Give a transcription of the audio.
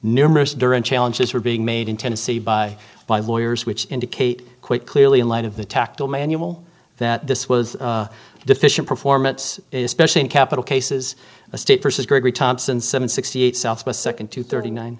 numerous different challenges were being made in tennessee by by lawyers which indicate quite clearly in light of the tactile manual that this was deficient performance is specially in capital cases the state versus gregory thompson seven sixty eight southwest second to thirty nine